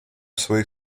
своих